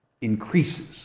increases